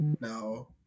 No